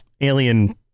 alien